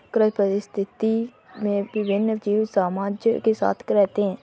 कृषि पारिस्थितिकी में विभिन्न जीव सामंजस्य के साथ रहते हैं